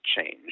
change